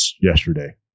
yesterday